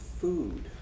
food